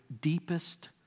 deepest